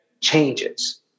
changes